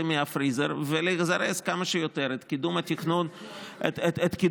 מהפריזר ולזרז כמה שיותר את קידום תכנון כסיף,